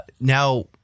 Now